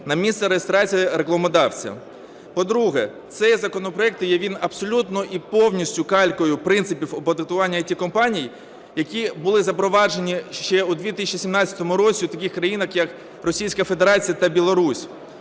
на місце реєстрації рекламодавця. По-друге, цей законопроект він є абсолютно і повністю калькою принципів оподаткування ІТ-компаній, які були запроваджені же у 2017 році в таких країнах, як Російська Федерація та Білорусь.